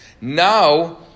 Now